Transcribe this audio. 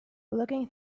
looking